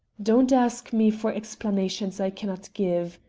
don't ask me for explanations i cannot give,